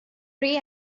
pray